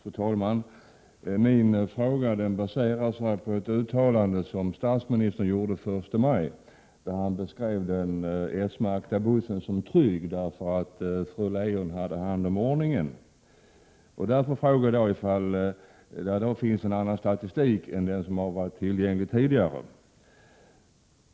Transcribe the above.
Fru talman! Min fråga baseras på ett uttalande som statsministern gjorde den första maj, där han beskrev den s-märkta bussen som trygg, därför att fru Leijon hade hand om ordningen. Mot den bakgrunden frågade jag om det finns en annan statistik än den som varit tillgänglig tidigare.